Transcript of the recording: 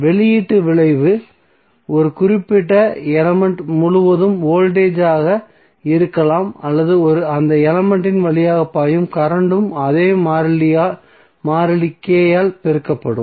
வெளியீட்டு விளைவு ஒரு குறிப்பிட்ட எலமென்ட் முழுவதும் வோல்டேஜ்மாக இருக்கலாம் அல்லது அந்த எலமென்ட் வழியாக பாயும் கரண்டும் அதே மாறிலி K ஆல் பெருக்கப்படும்